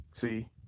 See